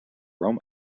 rome